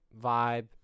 vibe